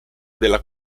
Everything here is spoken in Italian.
della